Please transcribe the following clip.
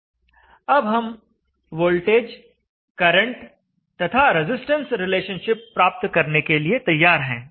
अब हम voltage current तथा रजिस्टेंस रिलेशनशिप प्राप्त करने के लिए तैयार हैं